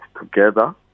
together